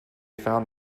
found